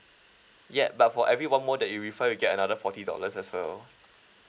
yup but for every one more that you refer you get another forty dollars as well